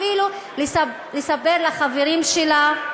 אפילו לספר לחברים שלה,